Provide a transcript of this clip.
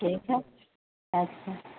ٹھیک ہے اچھا